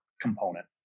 component